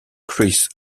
chris